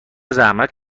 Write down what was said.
زحمت